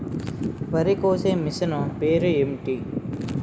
వరి కోసే మిషన్ పేరు ఏంటి